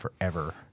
forever